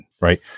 right